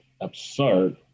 absurd